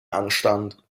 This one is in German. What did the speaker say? anstand